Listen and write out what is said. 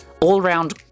All-round